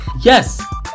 Yes